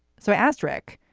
so i asked rick,